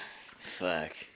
Fuck